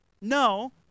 no